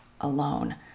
alone